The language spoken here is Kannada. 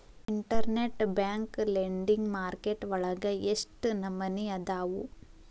ಇನ್ಟರ್ನೆಟ್ ಬ್ಯಾಂಕ್ ಲೆಂಡಿಂಗ್ ಮಾರ್ಕೆಟ್ ವಳಗ ಎಷ್ಟ್ ನಮನಿಅದಾವು?